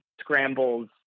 scrambles